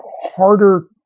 harder